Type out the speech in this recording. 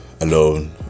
alone